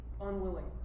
unwilling